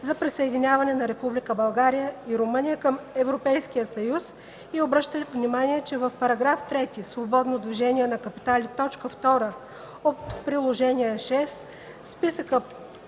за присъединяване на Република България и Румъния към Европейския съюз, и обръща внимание, че в § 3 „Свободно движение на капитали”, т. 2 от Приложение VI: Списъка